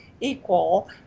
equal